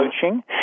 coaching